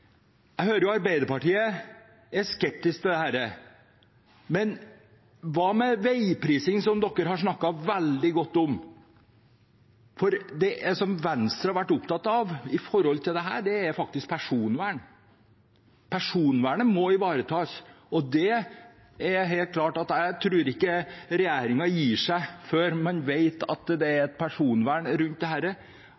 Jeg hører at Arbeiderpartiet er skeptisk til dette, men hva med veiprising, som de har snakket veldig godt om? For det Venstre har vært opptatt av i forbindelse med dette, er faktisk personvern. Personvernet må ivaretas, og det er helt klart at jeg ikke tror regjeringen gir seg før man vet at det er